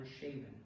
shaven